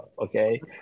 okay